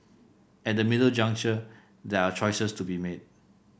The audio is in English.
at the middle juncture there are choices to be made